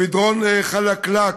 במדרון חלקלק,